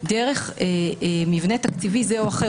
דרך מבנה תקציבי זה או אחר,